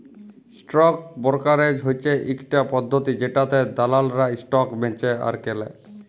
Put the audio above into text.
stock brokerage হচ্যে ইকটা পদ্ধতি জেটাতে দালালরা স্টক বেঁচে আর কেলে